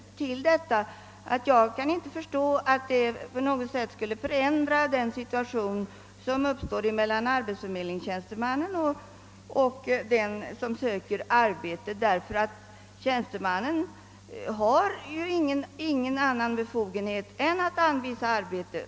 Med: mina erfarenheter därifrån kan jag inte förstå att dylika för handlingar på något sätt skulle förändra den situation som uppstår mellan arbetsförmedlingstjänstemannen och den arbetssökande. Tjänstemannen har ingen annan befogenhet än att anvisa arbete.